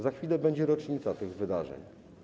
Za chwilę będzie rocznica tych wydarzeń.